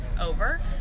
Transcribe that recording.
over